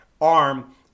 arm